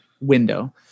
window